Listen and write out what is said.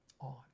on